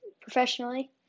professionally